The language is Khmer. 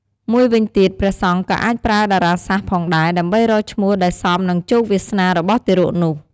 មួយវិញទៀតព្រះសង្ឃក៏អាចប្រើតារាសាស្ត្រផងដែរ ដើម្បីរកឈ្មោះដែលសមនឹងជោគវាសនារបស់ទារកនោះ។